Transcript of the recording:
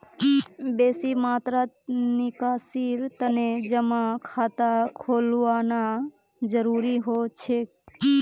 बेसी मात्रात निकासीर तने जमा खाता खोलवाना जरूरी हो छेक